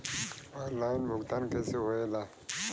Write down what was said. Online भुगतान कैसे होए ला?